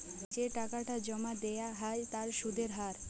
যে টাকাটা জমা দেয়া হ্য় তার সুধের হার